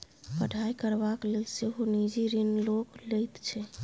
पढ़ाई करबाक लेल सेहो निजी ऋण लोक लैत छै